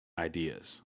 Ideas